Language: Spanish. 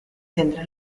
tendrá